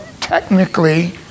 Technically